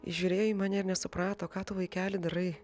žiūrėjo į mane ir nesuprato ką tu vaikeli darai